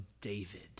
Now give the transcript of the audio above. david